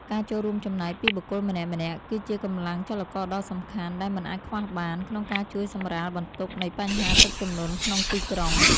ការចូលរួមចំណែកពីបុគ្គលម្នាក់ៗ គឺជាកម្លាំងចលករដ៏សំខាន់ដែលមិនអាចខ្វះបាន ក្នុងការជួយសម្រាលបន្ទុកនៃបញ្ហាទឹកជំនន់ក្នុងទីក្រុង។